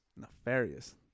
Nefarious